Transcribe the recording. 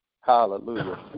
Hallelujah